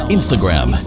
Instagram